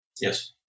yes